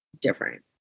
different